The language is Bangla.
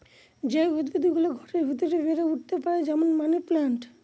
যে উদ্ভিদ গুলো ঘরের ভেতরে বেড়ে উঠতে পারে, যেমন মানি প্লান্ট